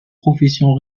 professions